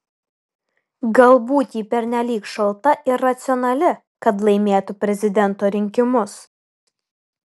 galbūt ji pernelyg šalta ir racionali kad laimėtų prezidento rinkimus